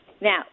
Now